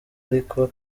ariko